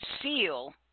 seal